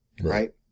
right